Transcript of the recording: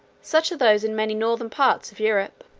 such are those in many northern parts of europe.